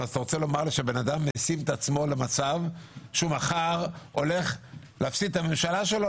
אתה רוצה לומר שאדם משים עצמו למצב שהוא מחר הולך להפסיד את הממשלה שלו?